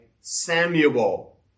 Samuel